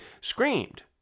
screamed